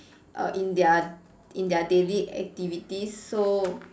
err in their in their daily activities so